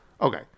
Okay